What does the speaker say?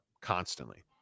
constantly